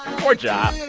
poor ja.